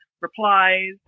replies